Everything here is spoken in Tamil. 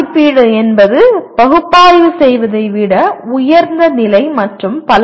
மதிப்பீடு என்பது பகுப்பாய்வு செய்வதை விட உயர்ந்த நிலை மற்றும் பல